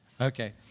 Okay